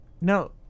No